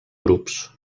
grups